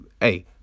hey